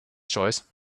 choice